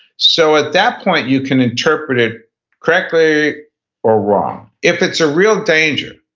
so at that point you can interpret it correctly or wrong. if it's a real danger,